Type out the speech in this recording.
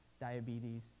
diabetes